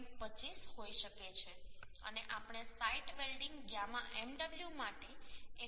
25 હોઈ શકે છે અને આપણે સાઇટ વેલ્ડીંગ γ mw માટે 1